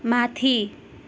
माथि